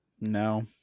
No